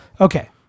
Okay